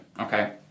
okay